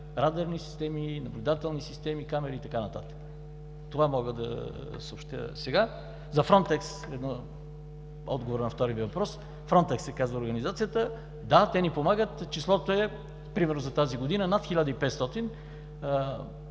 радарни системи, наблюдателни системи, камери и така нататък. Това мога да съобщя. Сега за Фронтекс – отговора на втория Ви въпрос. Фронтекс се казва организацията. Да, те ни помагат, числото е, примерно за тази година, над 1500